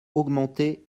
augmenter